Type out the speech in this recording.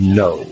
no